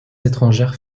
étrangères